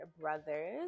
brothers